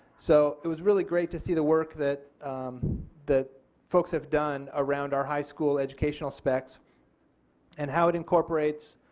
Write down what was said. so it was really great to see the work that that folks have done around our high school educational specs and how it incorporates